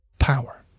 power